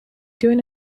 doing